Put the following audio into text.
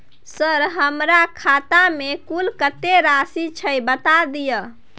Sir हमरा खाता में कुल कत्ते राशि छै बता दिय?